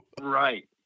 Right